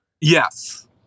Yes